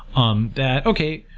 um that, okay.